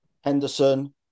henderson